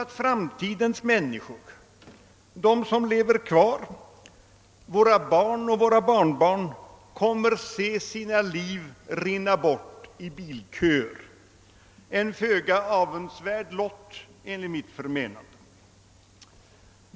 Jo, framtidens människor, de som lever kvar, våra barn och våra barnbarn, kommer att se sina liv rinna bort i bilköer, en föga avundsvärd lott enligt mitt förmenande.